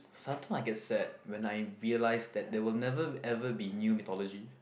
sometimes I get sad when I realize that there will never ever be new mythology